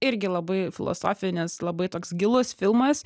irgi labai filosofinis labai toks gilus filmas